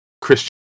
Christian